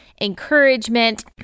encouragement